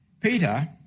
Peter